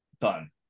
done